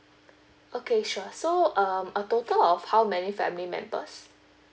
okay sure so um a total of how many family members